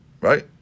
Right